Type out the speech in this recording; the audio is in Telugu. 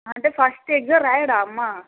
అంటే ఫస్ట్ ఎగ్జామ్ రాయడా అమ్మ